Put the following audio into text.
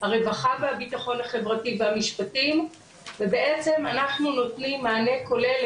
הרווחה והביטחון החברתי והמשפטים ובעצם אנחנו נותנים מענה כולל,